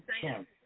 Kim